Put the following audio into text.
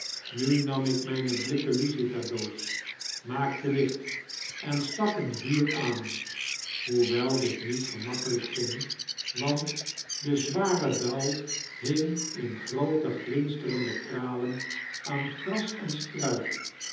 nu nam ik mijne blikken lucifersdoos maakte licht en stak een vuur aan hoewel dit niet gemakkelijk ging want de zware dauw hing m grooteglinsterende kralen aan gras en struik